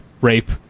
rape